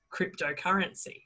cryptocurrency